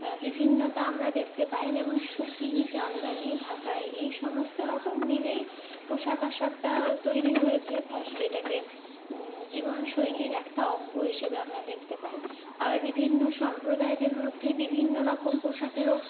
বিভিন্নতা আমরা দেখতে পাই যেমন সুতি জামদানি ঢাকাই এই সমস্ত রকম মিলেই পোশাক আশাকটা তৈরি হয়েছে সেটাকে জীবন শৈলীর একটা অঙ্গ হিসেবে আমরা দেখতে পাই আবার বিভিন্ন সম্প্রদায়দের মধ্যে বিভিন্ন রকম পোশাকেরও